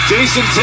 Jason